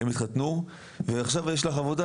הם התחתנו ועכשיו יש לך עבודה,